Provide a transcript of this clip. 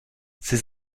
ses